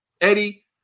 Eddie